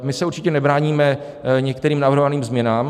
My se určitě nebráníme některým navrhovaným změnám.